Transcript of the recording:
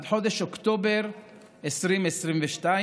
עד חודש אוקטובר 2022,